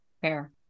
Fair